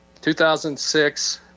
2006